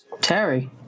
Terry